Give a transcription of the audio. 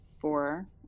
four